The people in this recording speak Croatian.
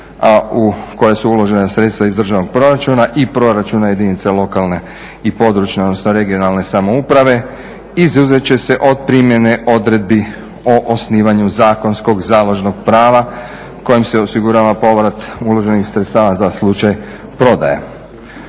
u koja su uložena sredstva iz državnog proračuna i proračuna jedinica lokalne i područne, odnosno regionalne samouprave, izuzet će se od primjene odredbi o osnivanju zakonskog založnog prava kojim se osigurava povrat uloženih sredstava za slučaj prodaje.